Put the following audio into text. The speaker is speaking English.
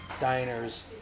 diners